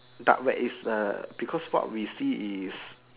dark web is the because what we see is